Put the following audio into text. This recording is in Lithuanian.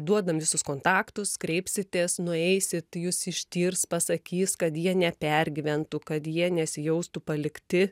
duodam visus kontaktus kreipsitės nueisit jus ištirs pasakys kad jie nepergyventų kad jie nesijaustų palikti